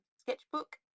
sketchbook